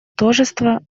тожество